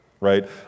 right